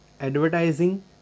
Advertising